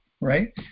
right